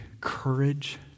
courage